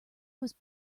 was